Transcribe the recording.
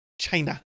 China